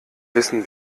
wissen